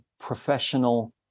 professional